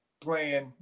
playing